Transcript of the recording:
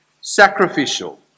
sacrificial